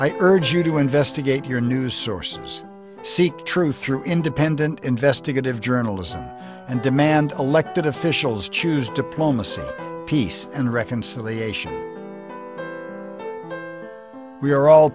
i urge you to investigate your news sources seek truth through independent investigative journalism and demand elected officials choose diplomacy peace and reconciliation we are all